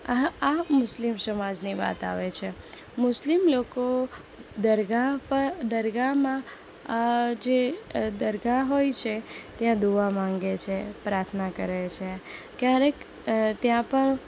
આ મુસ્લિમ સમાજની વાત આવે છે મુસ્લિમ લોકો દરગાહ પર દરગાહમાં જે દરગાહ હોય છે ત્યાં દુઆ માંગે છે પ્રાર્થના કરે છે ક્યારેક ત્યાં પણ